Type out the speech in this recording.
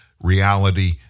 reality